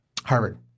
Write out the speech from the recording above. Harvard